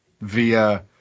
via